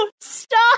stop